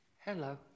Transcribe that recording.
Hello